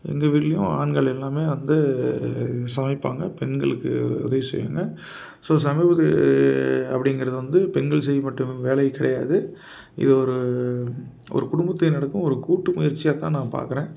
எங்கள் வீட்டுலையும் ஆண்கள் எல்லாமே வந்து சமைப்பாங்க பெண்களுக்கு உதவி செய்வாங்க ஸோ சமையல் அப்படிங்குறது வந்து பெண்கள் செய்ய மட்டுமே வேலை கிடையாது இது ஒரு ஒரு குடும்பத்தினருக்கும் ஒரு கூட்டு முயற்சியாக தான் நான் பார்க்குறேன்